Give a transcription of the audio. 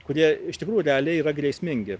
kurie iš tikrųjų realiai yra grėsmingi